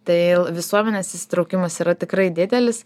tai visuomenės įsitraukimas yra tikrai didelis